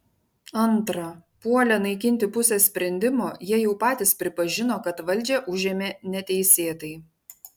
antra puolę naikinti pusę sprendimo jie jau patys pripažino kad valdžią užėmė neteisėtai